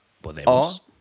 podemos